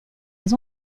les